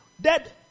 dead